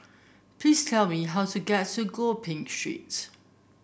please tell me how to get to Gopeng Street